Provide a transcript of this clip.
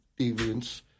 deviance